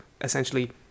essentially